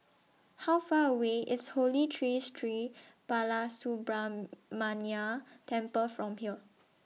How Far away IS Holy Tree Sri Balasubramaniar Temple from here